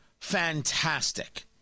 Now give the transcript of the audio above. fantastic